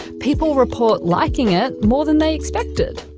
people report liking it more than they expected.